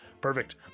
perfect